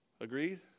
Agreed